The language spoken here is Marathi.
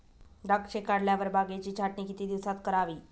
द्राक्षे काढल्यावर बागेची छाटणी किती दिवसात करावी?